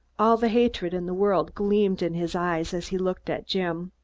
all the hatred in the world gleamed in his eyes, as he looked at jim.